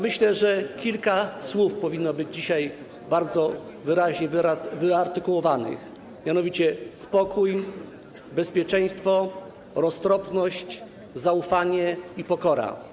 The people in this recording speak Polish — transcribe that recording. Myślę, że kilka słów powinno być dzisiaj bardzo wyraźnie wyartykułowanych, mianowicie: spokój, bezpieczeństwo, roztropność, zaufanie i pokora.